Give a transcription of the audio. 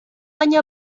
año